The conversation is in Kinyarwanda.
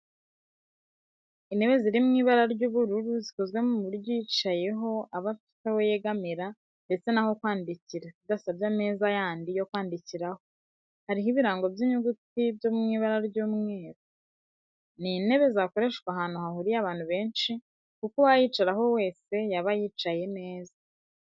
Intebe ziri mu ibara ry'ubururu zikozwe ku buryo uyicayeho aba afite aho yegamira ndetse n'aho kwandikira bidasabye ameza yandi yo kwandikiraho, hariho ibirango by'inyuguti byo mu ibara ry'umweru. Ni intebe zakoreshwa ahantu hahuriye abantu benshi kuko uwayicaraho wese yaba yicaye neza.